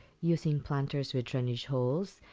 using planters with drainage holes,